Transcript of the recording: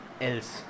else